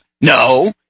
No